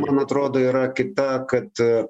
man atrodo yra kita kad